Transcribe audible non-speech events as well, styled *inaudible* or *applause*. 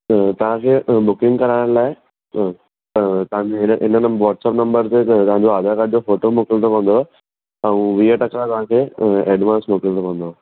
तव्हांखे बुकिंग कराइण लाइ तव्हांखे हिन हिन *unintelligible* वॉटसअप नंबर ते तव्हांजो आधार काड जो फ़ोटो मोकिलणो पवंदव ऐं वीह टका तव्हांखे एडवांस मोकिलणो पवंदव